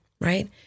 Right